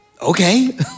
Okay